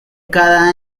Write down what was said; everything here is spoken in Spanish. cada